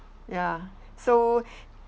ya so